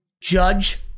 Judge